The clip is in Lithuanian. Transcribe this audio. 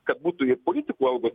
kad būtų ir politikų algos